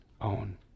own